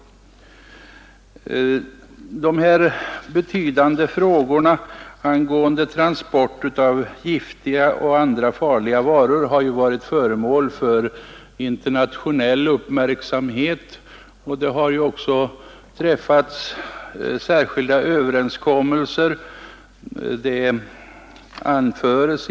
De betydande problemen angående transport av giftiga och andra farliga varor har ju varit föremål för internationell uppmärksamhet, och det har även träffats särskilda överenskommelser.